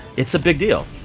it's a big deal.